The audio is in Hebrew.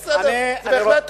בסדר, זה בהחלט חוקי,